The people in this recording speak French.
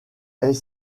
est